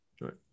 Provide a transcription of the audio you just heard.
right